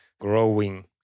growing